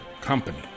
company